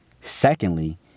Secondly